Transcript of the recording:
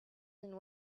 and